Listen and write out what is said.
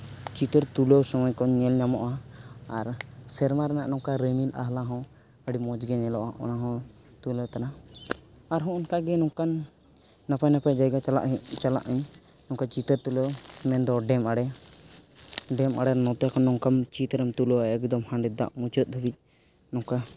ᱪᱤᱛᱟᱹᱨ ᱛᱩᱞᱟᱹᱣ ᱥᱚᱢᱚᱭ ᱠᱚ ᱧᱮᱞ ᱧᱟᱢᱚᱜᱼᱟ ᱟᱨ ᱥᱮᱨᱢᱟ ᱨᱮᱱᱟᱜ ᱱᱚᱝᱠᱟ ᱨᱤᱢᱤᱞ ᱟᱦᱞᱟ ᱦᱚᱸ ᱟᱹᱰᱤ ᱢᱚᱡᱽ ᱜᱮ ᱧᱮᱞᱚᱜᱼᱟ ᱚᱱᱟ ᱦᱚᱸ ᱛᱩᱞᱟᱹᱣ ᱛᱮᱱᱟᱜ ᱟᱨ ᱦᱚᱸ ᱚᱱᱠᱟ ᱜᱮ ᱱᱚᱝᱠᱟᱱ ᱱᱟᱯᱟᱭ ᱱᱟᱯᱟᱭ ᱡᱟᱭᱜᱟ ᱪᱟᱞᱟᱜ ᱟᱹᱧ ᱱᱚᱝᱠᱟ ᱪᱤᱛᱟᱹᱨ ᱛᱩᱞᱟᱹᱣ ᱢᱮᱱᱫᱚ ᱰᱮᱢ ᱟᱬᱮ ᱰᱮᱢ ᱟᱬᱮ ᱱᱚᱛᱮ ᱠᱷᱚᱱ ᱱᱚᱝᱠᱟᱱ ᱪᱤᱛᱟᱹᱨᱮᱢ ᱛᱩᱞᱟᱹᱣᱟ ᱮᱠᱫᱚᱢ ᱦᱟᱸᱰᱮ ᱫᱟᱜ ᱢᱩᱪᱟᱹᱰ ᱦᱟᱹᱵᱤᱡ ᱱᱚᱝᱠᱟ